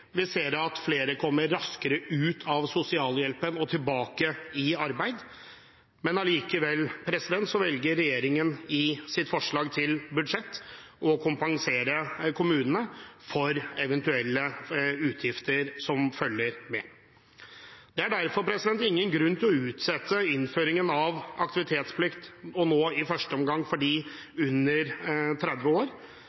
flere kommer raskere ut av sosialhjelp og tilbake i arbeid. Allikevel velger regjeringen i sitt forslag til budsjett å kompensere kommunene for eventuelle utgifter som følger med. Det er derfor ingen grunn til å utsette innføringen av aktivitetsplikt, nå i første omgang for